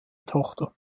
tochter